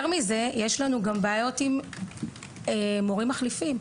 יותר מזה, יש לנו גם בעיות עם מורים מחליפים.